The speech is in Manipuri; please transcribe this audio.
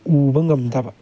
ꯎꯕ ꯉꯝꯗꯕ